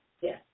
Yes